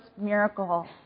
miracle